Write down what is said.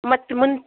ಮತ್ತೆ ಮುಂದೆ